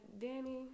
danny